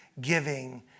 giving